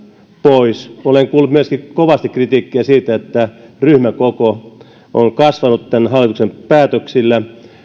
pois olen kuullut myöskin kovasti kritiikkiä siitä että ryhmäkoko on kasvanut tämän hallituksen päätöksillä